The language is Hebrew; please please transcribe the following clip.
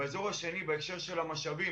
באזור השני, בהקשר של המשאבים.